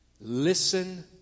listen